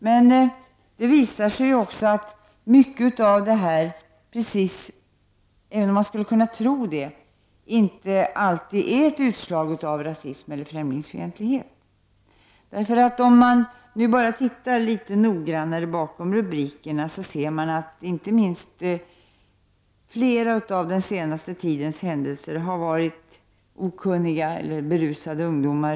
Men det har visat sig att mycket av detta — även om man skulle kunna tro det — inte är ett utslag av rasism eller främlingsfientlighet. Om man bara tittar litet noggrannare bakom rubrikerna, så finner man att inte minst i flera av den senaste tidens händelser har det varit fråga om okunniga eller berusade ungdomar.